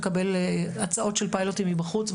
לקבל הצעות של פיילוטים מבחוץ,